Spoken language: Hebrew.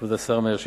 כבוד השר מאיר שטרית,